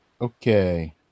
Okay